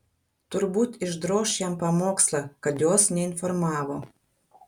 turbūt išdroš jam pamokslą kad jos neinformavo